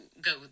go